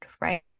Right